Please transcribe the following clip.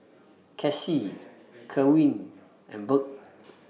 Cassie Kerwin and Birt